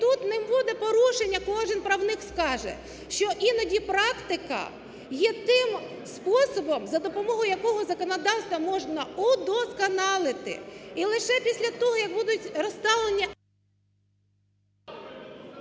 тут не буде порушення. Кожен правник скаже, що іноді практика є тим способом, за допомогою якого законодавство можна удосконалити. І лише після того, як будуть розтавлені…